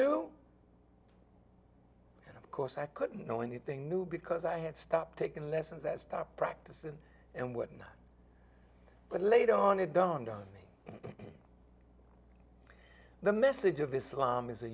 new and of course i couldn't know anything new because i had stopped taking lessons that stop practicing and what not but later on it dawned on me the message of islam is a